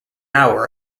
hour